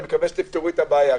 אני מקווה שתפתרו את הבעיה.